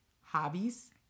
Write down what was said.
hobbies